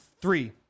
Three